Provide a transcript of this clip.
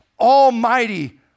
almighty